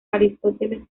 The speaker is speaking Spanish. aristóteles